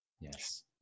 Yes